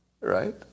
right